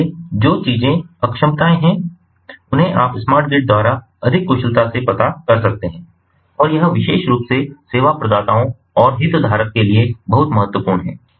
इसलिए जो चीजें अक्षमताएं हैं उन्हें आप स्मार्ट ग्रिड द्वारा अधिक कुशलता से पता कर सकते हैं और यह विशेष रूप से सेवा प्रदाताओं और हितधारक के लिए बहुत महत्वपूर्ण है